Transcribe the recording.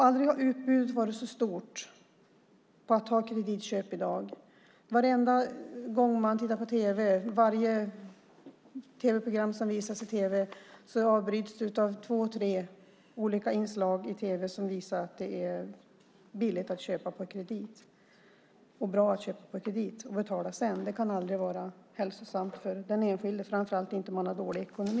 Aldrig har utbudet av kreditköp varit så stort som i dag. Varje program som visas i tv avbryts av två tre olika inslag som visar att det är billigt och bra att köpa på kredit och betala senare. Det kan aldrig vara hälsosamt för den enskilde, framför allt inte om man har dålig ekonomi.